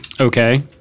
Okay